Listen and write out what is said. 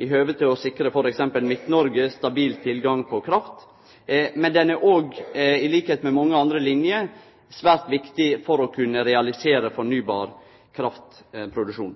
i høve til å sikre t.d. Midt-Noreg stabil tilgang på kraft, ho er òg, til liks med mange andre linjer, svært viktig for å kunne realisere fornybar kraftproduksjon.